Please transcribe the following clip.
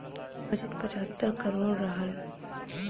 कुल बजट पचहत्तर हज़ार करोड़ रहल